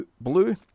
blue